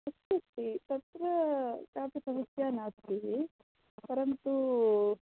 तत्त्वस्ति तत्र कापि समस्या नास्ति परन्तु